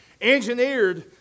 engineered